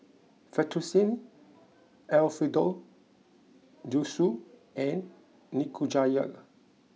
Fettuccine Alfredo Zosui and Nikujaga